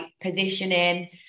positioning